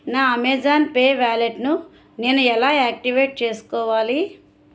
నా Amazon Pay వ్యాలెట్ను నేను ఎలా యాక్టివేట్ చేసుకోవాలి